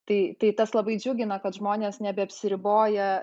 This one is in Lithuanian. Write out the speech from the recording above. tai tai tas labai džiugina kad žmonės nebeapsiriboja